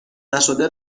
نشده